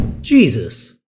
Jesus